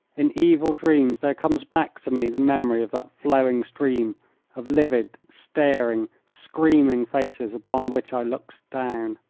in evil dreams there comes back to me the memory of that flowing stream of livid, staring, screaming faces upon which i looked down.